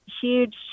huge